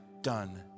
done